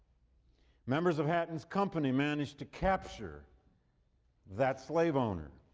members of hatton's company managed to capture that slave owner,